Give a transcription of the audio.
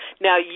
Now